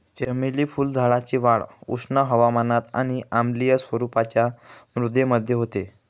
चमेली फुलझाडाची वाढ उष्ण हवामानात आणि आम्लीय स्वरूपाच्या मृदेमध्ये होते